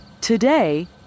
Today